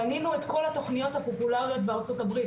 קנינו את כל התוכניות הפופולריות בארצות הברית,